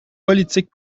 politique